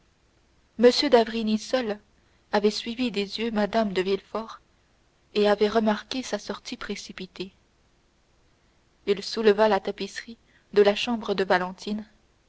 m d'avrigny seul avait suivi des yeux mme de villefort et avait remarqué sa sortie précipitée il souleva la tapisserie de la chambre de valentine